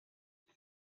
lieu